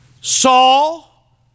Saul